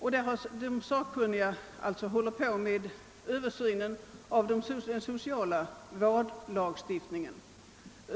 pågår också; de sakkunniga gör en översyn av den sociala vårdlag stiftningen.